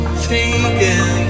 fading